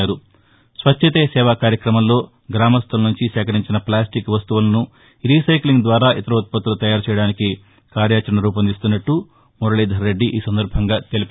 స్వచ్చతే సేవ కార్యక్రమంలో గ్రామస్థుల నుంచి సేకరించిన ప్లాస్టిక్ వస్తువులను రీసైక్లింగ్ ద్వారా ఇతర ఉత్పత్తులు తయారు చేయడానికి కార్యాచరణ రూపొందిస్తున్నట్లు మురళీధర్రెడ్డి తెలిపారు